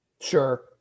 Sure